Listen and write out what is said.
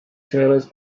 trailers